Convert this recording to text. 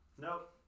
Nope